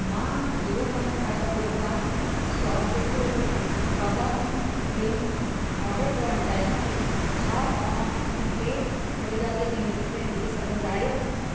मां zero point five kilogram Swastik बादाम drink order करणु चाहियां थी छा तव्हां इन खे ख़रीदारीअ जी लिस्ट में विझी सघंदा आहियो